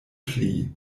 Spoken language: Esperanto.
pli